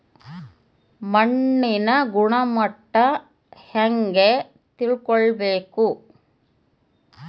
ಮಣ್ಣಿನ ಗುಣಮಟ್ಟ ಹೆಂಗೆ ತಿಳ್ಕೊಬೇಕು?